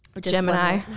Gemini